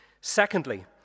Secondly